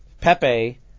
Pepe